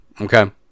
Okay